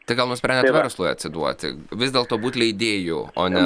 tai gal nusprendėt verslui atsiduoti vis dėlto būt leidėju o ne